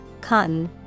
cotton